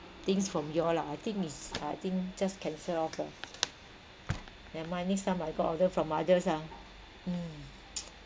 things from you all lah I think it's I think just cancel off lah never mind next time I got order from others lah mm